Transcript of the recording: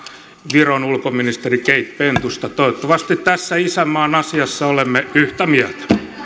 viron ulkoministeri keit pentusta toivottavasti tässä isänmaan asiassa olemme yhtä mieltä